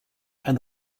and